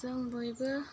जों बयबो